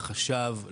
לחשב,